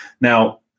Now